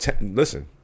Listen